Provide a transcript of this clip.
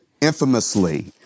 infamously